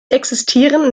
existieren